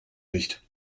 nicht